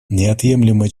неотъемлемой